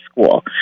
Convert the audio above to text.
school